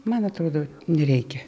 man atrodo nereikia